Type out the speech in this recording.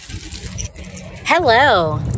Hello